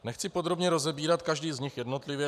Nechci podrobně rozebírat každý z nich jednotlivě.